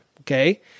okay